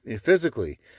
physically